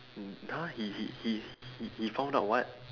!huh! he he he he he found out what